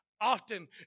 often